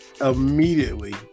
immediately